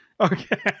Okay